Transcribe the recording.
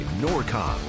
Norcom